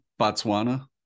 Botswana